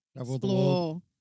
explore